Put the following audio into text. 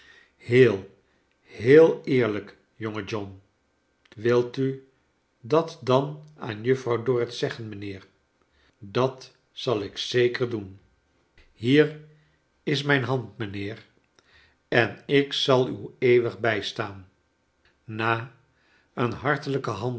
heel heel eerlijk jonge john wilt u dat dan aan juffrouw dorrit zeggen mijnheer i a t zal ik zeker doen kleine dorrit hier is mrjn hand mijnheer en ik zal u eeuwig bijstaan na een hartelijken